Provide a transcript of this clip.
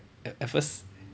at at first